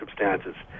circumstances